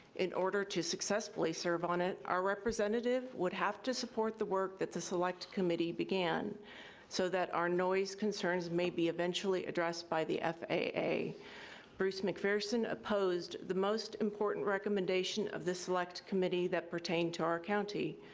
in order to successfully serve on it, our representative would have to support the work that the select committee began so that our noise concerns may be eventually addressed by the faa. bruce mcpherson opposed the most important recommendation of the select committee that pertained to our county,